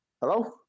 Hello